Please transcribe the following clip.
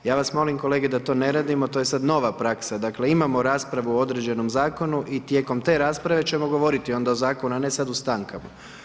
Ja vas molim kolege da to ne radimo, to je sada nova praksa, dakle imamo raspravu o određenom zakonu i tijekom te rasprave ćemo govoriti onda o zakonu, a ne sada u stankama.